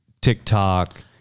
TikTok